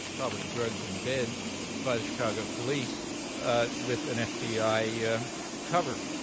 probably drugged in bed by the chicago police with an fbi cover.